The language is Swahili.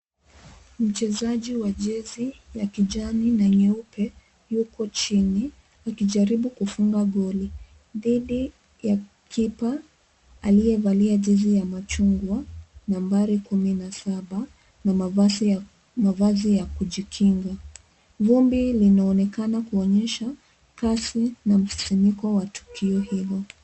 Mchezaji wa jezi ya kijani na nyeupe yupo chini akijaribu kufunga goli dhidi ya kipa aliyevalia jezi ya machungwa nambari kumi na saba na mavazi ya kujikinga ,vumbi linaonekana kuonyesha kasi na msisimiko wa tukio hilo.